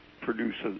produces